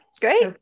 great